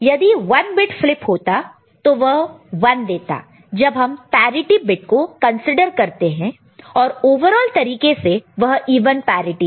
यदि 1 bit flip होता तो वह 1 देता जब हम पैरिटि बिट को कंसीडर करते हैं और ओवरऑल तरीके से वह इवन पैरिटि है